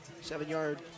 Seven-yard